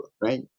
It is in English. right